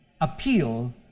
appeal